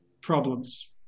problems